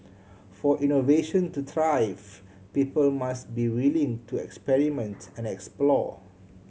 for innovation to thrive people must be willing to experiment and explore